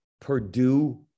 Purdue